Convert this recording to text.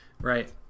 right